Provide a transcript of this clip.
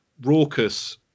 raucous